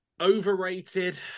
overrated